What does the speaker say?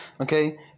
Okay